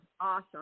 awesome